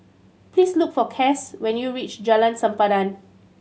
please look for Cas when you reach Jalan Sempadan